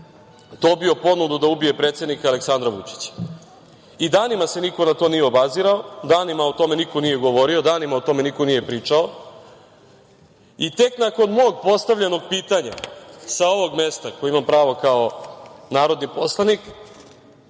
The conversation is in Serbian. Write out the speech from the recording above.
dobio ponudu da ubije predsednika Aleksandra Vučića. Danima se niko na to nije obazirao, danima o tome niko nije govori, danima o tome niko nije pričao i tek nakon mog postavljenog pitanja sa ovog mesta, koje imam pravo kao narodni poslanik,